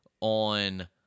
on –